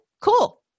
cool